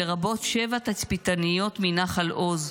לרבות שבע תצפיתניות מנחל עוז,